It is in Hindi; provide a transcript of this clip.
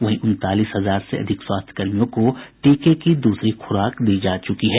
वहीं उनतालीस हजार से अधिक स्वास्थ्य कर्मियों को टीके की दूसरी खुराक दी जा चुकी है